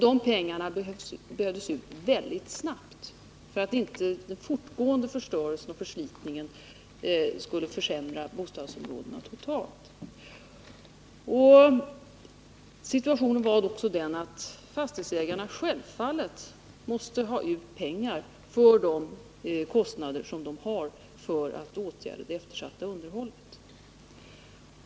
De pengarna behövdes snabbt för att inte den fortgående förstörelsen och förslitningen skulle försämra bostadsområdena totalt. Situationen var också den att fastighetsägarna självfallet måste ta ut pengar för sina kostnader för reparationer till följd av det tidigare eftersatta underhållet.